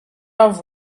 off